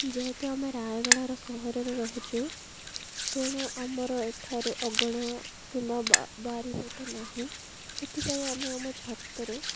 ଯେହେତୁ ଆମେ ରାୟଗଡ଼ାର ସହରରେ ରହୁଛୁ ତେଣୁ ଆମର ଏଠାରେ ଅଗଣା କିମ୍ବା ବା ବାରିପଟ ନାହିଁ ସେଥିପାଇଁ ଆମେ ଆମ ଛାତରେ